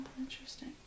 interesting